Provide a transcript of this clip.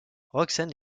roxane